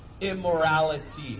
immorality